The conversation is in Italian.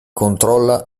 controlla